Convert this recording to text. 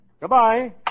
Goodbye